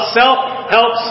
self-help